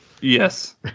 Yes